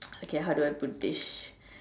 okay how do I put this